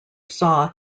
saw